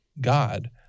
God